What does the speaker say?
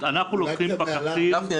טכנית אנחנו לוקחים פקחים --- גפני,